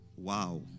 Wow